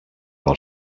del